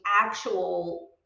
actual